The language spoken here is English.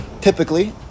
typically